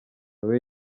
wowe